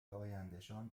آیندهشان